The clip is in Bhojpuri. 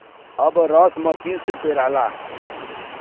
अब रस मसीन से पेराला